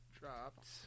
Dropped